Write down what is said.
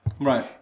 Right